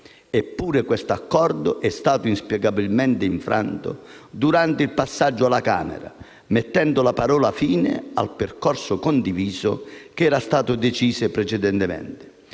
Eppure, quest'accordo è stato inspiegabilmente infranto durante il passaggio alla Camera dei deputati, mettendo la parola fine al percorso condiviso che era stato deciso precedentemente.